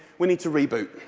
we need to reboot.